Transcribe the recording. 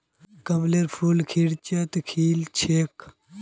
कमलेर फूल किचड़त खिल छेक